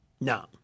No